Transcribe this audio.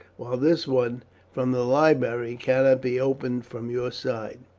while this one from the library cannot be opened from your side.